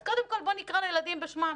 אז קודם כול, בואו נקרא לילדים בשמם.